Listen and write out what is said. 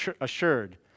assured